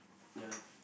ya